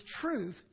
truth